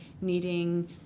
needing